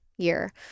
Year